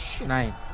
Nine